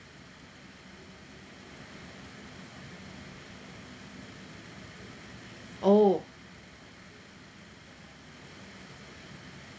oh